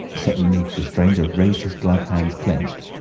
suddenly the stranger raised his gloved hands clenched,